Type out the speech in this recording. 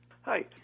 Hi